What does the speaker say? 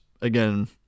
again